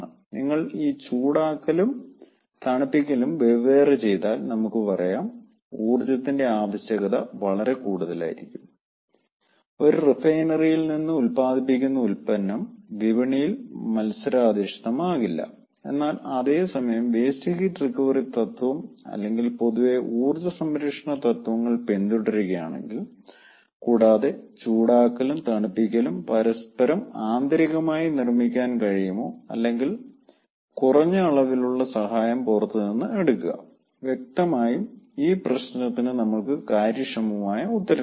നിങ്ങൾ ഈ ചൂടാക്കലും തണുപ്പിക്കലും വെവ്വേറെ ചെയ്താൽ നമുക്ക് പറയാം ഊർജ്ജത്തിന്റെ ആവശ്യകത വളരെ കൂടുതലായിരിക്കും ഒരു റിഫൈനറിയിൽ നിന്ന് ഉത്പാദിപ്പിക്കുന്ന ഉൽപ്പന്നം വിപണിയിൽ മത്സരാധിഷ്ഠിതമാകില്ല എന്നാൽ അതേ സമയം വേസ്റ്റ് ഹീറ്റ് റിക്കവറി തത്വം അല്ലെങ്കിൽ പൊതുവേ ഊർജ്ജ സംരക്ഷണ തത്വങ്ങൾ പിന്തുടരുകയാണെങ്കിൽ കൂടാതെ ചൂടാക്കലും തണുപ്പിക്കലും പരസ്പരം ആന്തരികമായി നിർമ്മിക്കാൻ കഴിയുമോ അല്ലെങ്കിൽ കുറഞ്ഞ അളവിലുള്ള സഹായം പുറത്തുനിന്ന് എടുക്കുക വ്യക്തമായും ഈ പ്രശ്നത്തിന് നമ്മൾക്ക് കാര്യക്ഷമമായ ഉത്തരം ലഭിക്കും